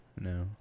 No